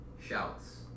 shouts